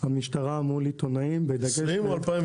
המשטרה מול עיתונאים, בדגש --- 2020 או 2019?